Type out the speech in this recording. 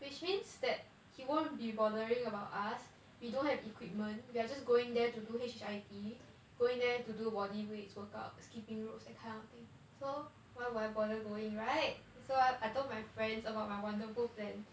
which means that he won't be bothering about us we don't have equipment we are just going there to do H_I_I_T going there to do body weights workout skipping ropes that kind of thing so why would I bother going right so I told my friends about my wonderful plan